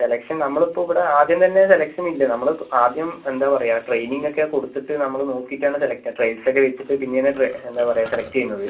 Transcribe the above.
selection നമ്മൾ ഇപ്പോൾ ഇവിടെ ആദ്യം തന്നെ സെലക്ഷൻ ഇല്ല നമ്മൾ ആദ്യം എന്താണ് പറയുക ട്രെയിനിംഗ് ഒക്കെ കൊടുത്തിട്ട് നമ്മൾ നോക്കിയിട്ട് ആണ് സെലക്ട് ചെയ്യുക ട്രയൽസ് ഒക്കെ വെച്ചിട്ട് പിന്നെ ആണ് എന്താണ് പറയുക സെലക്ട് ചെയ്യുന്നത്